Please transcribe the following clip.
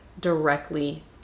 directly